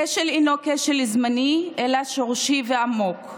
הכשל אינו כשל זמני אלא שורשי ועמוק,